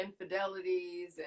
infidelities